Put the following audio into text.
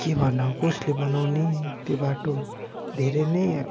के भन्नु अब कसले बनाउने त्यो बाटो धेरै नै